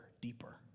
deeper